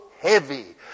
heavy